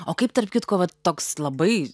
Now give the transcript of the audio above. o kaip tarp kitko vat toks labai